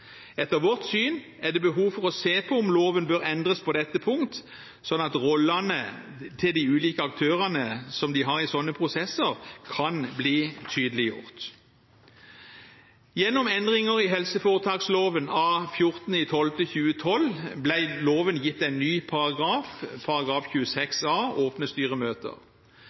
Etter vårt syn er det behov for å se på om loven bør endres på dette punkt, sånn at rollene som de ulike aktørene har i sånne prosesser kan bli tydeliggjort. Gjennom endringer i helseforetaksloven av 14. desember 2012 ble loven gitt en ny paragraf, § 26a, om åpne styremøter.